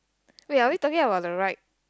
wait are we talking about the right